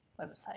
website